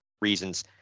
reasons